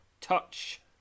Touch